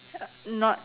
uh not